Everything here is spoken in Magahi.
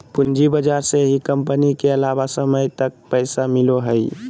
पूँजी बाजार से ही कम्पनी के लम्बा समय तक पैसा मिलो हइ